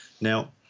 Now